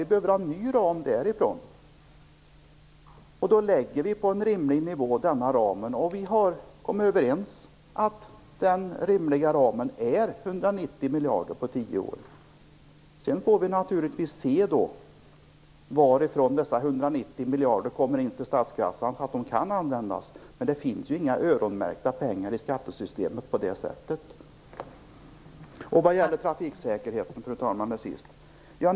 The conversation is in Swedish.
Vi behöver ha en ny ram som gäller därifrån. Då lägger vi denna ram på en rimlig nivå. Vi har kommit överens om att den rimliga ramen är 190 miljarder på tio år. Sedan får vi naturligtvis se varifrån dessa 190 miljarder kommer in till statskassan, så att de kan användas. Det finns ju inga öronmärkta pengar i skattesystemet. Till sist vill jag ta upp trafiksäkerheten.